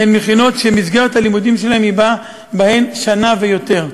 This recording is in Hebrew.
הן מכינות שמסגרת הלימודים בהן היא שנה ויותר.